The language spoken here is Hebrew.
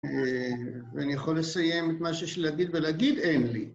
ואני יכול לסיים את מה שיש לי להגיד ולהגיד, אין לי